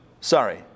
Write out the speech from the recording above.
Sorry